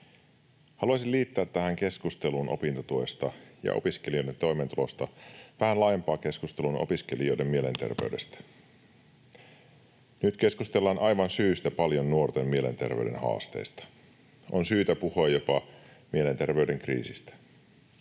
Haluaisin liittää tähän keskusteluun opintotuesta ja opiskelijoiden toimeentulosta vähän laajemman keskustelun opiskelijoiden mielenterveydestä. Nyt keskustellaan, aivan syystä, paljon nuorten mielenterveyden haasteista. On syytä puhua jopa mielenterveyden kriisistä.